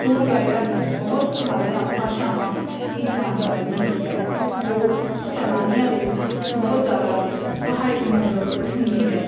tour ਗਾਈਡਾਂ ਨੂੰ ਬਹੁਤ ਸਾਰੀਆਂ ਭਾਸ਼ਾਵਾਂ ਦੀ ਜਾਣਕਾਰੀ ਹੁੰਦੀ ਹੈ ਜੋ ਸੈਲਾਨੀਆਂ ਲਈ ਬਹੁਤ ਜ਼ਿਆਦਾ ਸਹਾਇਤਮੰਦ ਹੁੰਦੀ ਹੈ